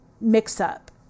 mix-up